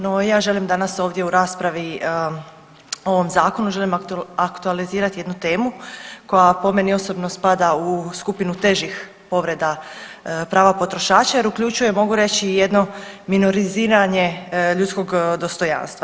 No ja želim danas ovdje u raspravi o ovom zakonu želim aktualizirati jednu temu koja po meni osobno spada u skupinu težih povreda prava potrošača jer uključuje mogu reći i jedno minoriziranje ljudskog dostojanstva.